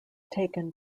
taken